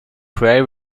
pray